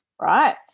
Right